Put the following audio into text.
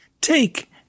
take